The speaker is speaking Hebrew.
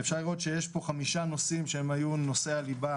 אפשר לראות שיש פה חמישה נושאים שהם היו נושאי הליבה